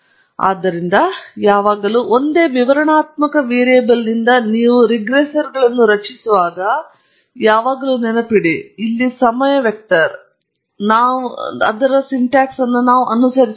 ಆದ್ದರಿಂದ ಯಾವಾಗಲೂ ಒಂದೇ ವಿವರಣಾತ್ಮಕ ವೇರಿಯೇಬಲ್ನಿಂದ ನೀವು ರಿಗ್ರೆಸರ್ಗಳನ್ನು ರಚಿಸುವಾಗ ಯಾವಾಗಲೂ ನೆನಪಿಡಿ ಇಲ್ಲಿ ಸಮಯ ವೆಕ್ಟರ್ ನಂತರ ನಾವು ಸಿಂಟ್ಯಾಕ್ಸ್ ಅನ್ನು ಅನುಸರಿಸಬೇಕು